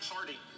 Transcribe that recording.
Party